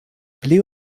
pli